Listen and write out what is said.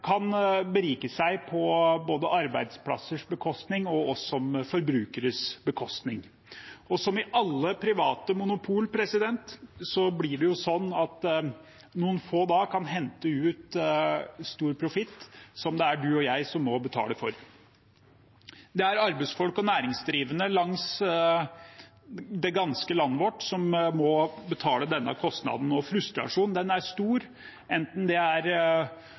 kan berike seg på både arbeidsplassers og oss som forbrukeres bekostning. Som i alle private monopol blir det slik at noen få kan hente ut stor profitt, som det er du og jeg som må betale for. Det er arbeidsfolk og næringsdrivende i det ganske landet vårt som må betale denne kostnaden. Frustrasjonen er stor, enten det er